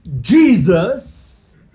Jesus